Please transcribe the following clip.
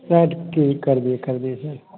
sir please कर दे कर दीजिए कर दीजिए सर